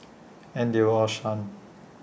and they were all stunned